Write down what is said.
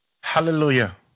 Hallelujah